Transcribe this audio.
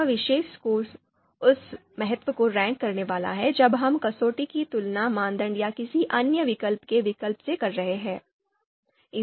यह विशेष स्कोर उस महत्व को रैंक करने वाला है जब हम कसौटी की तुलना मानदंड या किसी अन्य विकल्प के विकल्प से कर रहे हैं